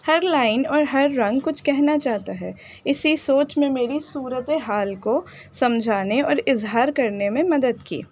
ہر line اور ہر رنگ کچھ کہنا چاہتا ہے اسی سوچ میں میری صورتِ حال کو سمجھانے اور اظہار کرنے میں مدد کی